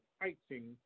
fighting